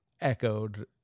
echoed